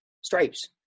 Stripes